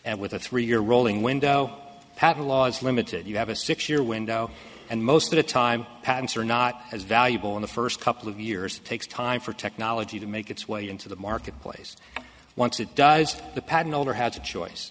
and with a three year rolling window patent laws limited you have a six year window and most of the time patents are not as valuable in the first couple of years takes time for technology to make its way into the marketplace once it does the patent holder has a choice